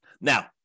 Now